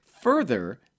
Further